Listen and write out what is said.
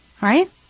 Right